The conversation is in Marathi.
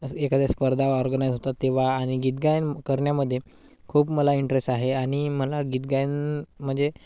एखाद्या स्पर्धा ऑर्गनाईज होतात तेव्हा आणि गीत गायन करण्यामध्ये खूप मला इंटरेस आहे आणि मला गीत गायन म्हणजे